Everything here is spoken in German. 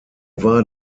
war